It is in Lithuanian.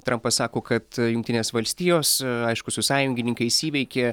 trampas sako kad jungtinės valstijos aišku su sąjungininkais įveikė